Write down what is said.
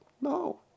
No